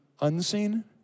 unseen